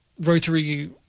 rotary